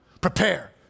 Prepare